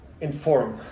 Inform